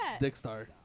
Dickstar